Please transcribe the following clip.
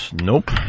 Nope